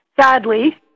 Sadly